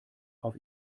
auf